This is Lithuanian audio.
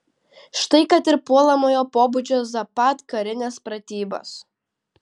štai kad ir puolamojo pobūdžio zapad karinės pratybos